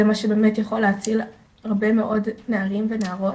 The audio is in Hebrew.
זה מה שבאמת יכול להציל הרבה מאוד נערים ונערות.